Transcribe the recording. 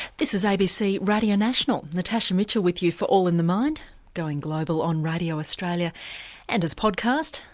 this is abc radio national, natasha mitchell with you for all in the mind going global on radio australia and as podcast,